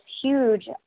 huge